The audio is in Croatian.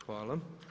Hvala.